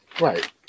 Right